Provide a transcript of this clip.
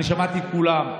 שמעתי את כולם: